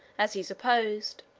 as he supposed.